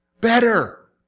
Better